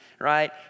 right